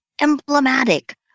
emblematic